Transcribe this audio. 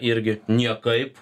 irgi niekaip